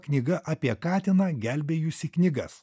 knyga apie katiną gelbėjusį knygas